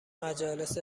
مجالس